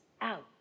out